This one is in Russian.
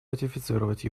ратифицировать